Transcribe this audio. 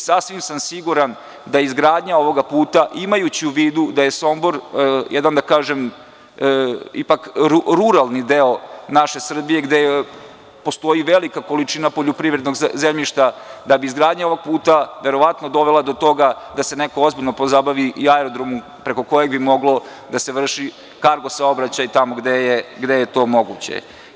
Sasvim sam siguran da bi izgradnja ovog puta, imajući u vidu da je Sombor ipak jedan ruralni deo naše Srbije, gde postoji velika količina poljoprivrednog zemljišta, verovatno dovela do toga da se neko ozbiljno pozabavi i aerodromom preko kojeg bi mogao da se vrši kargo saobraćaj tamo gde je to moguće.